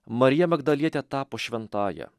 marija magdalietė tapo šventąja